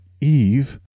Eve